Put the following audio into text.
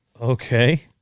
Okay